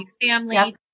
family